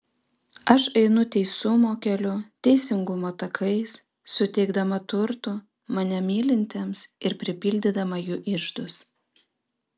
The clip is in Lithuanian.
aš einu teisumo keliu teisingumo takais suteikdama turtų mane mylintiems ir pripildydama jų iždus